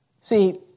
See